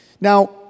Now